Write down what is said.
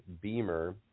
Beamer